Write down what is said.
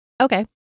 Okay